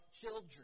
children